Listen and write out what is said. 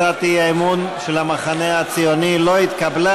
הצעת האי-אמון של המחנה הציוני לא התקבלה.